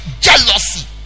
jealousy